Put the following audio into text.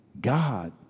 God